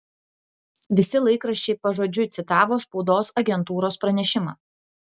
visi laikraščiai pažodžiui citavo spaudos agentūros pranešimą